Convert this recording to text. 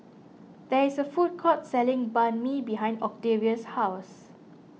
there is a food court selling Banh Mi behind Octavius' house